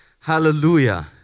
hallelujah